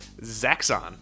Zaxxon